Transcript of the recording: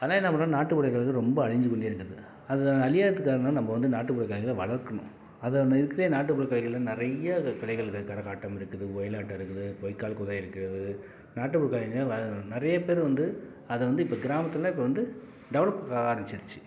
அதனால என்ன பண்ணுறாங்க நாட்டுப்புற கலைகள் ரொம்ப அழிஞ்சிக்கொண்டே இருந்தது அது அழியாதத்துக்கு காரணம் நம்ம வந்து நாட்டுப்புற கலைகளை வளர்க்கணும் அதை நாட்டுப்புற கலைகளை நிறைய கலைகள் இது கரகாட்டம் இருக்குது ஒயிலாட்டம் இருக்குது பொய்க்கால் குதிரை இருக்கிறது நாட்டுப்புற கலைஞர் வ நிறைய பேர் வந்து அதை வந்து இப்போ கிராமத்தில் இப்போ வந்து டெவலப்புக்கு ஆரம்பிச்சிருச்சு